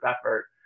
effort